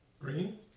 Green